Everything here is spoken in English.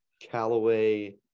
Callaway